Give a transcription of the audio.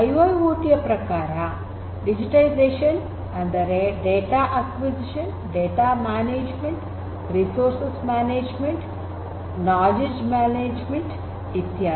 IIoT ಯ ಪ್ರಕಾರ digitization ಅಂದರೆ data acquisition data management resources management knowledge management ಇತ್ಯಾದಿ